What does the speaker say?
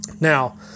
now